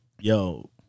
yo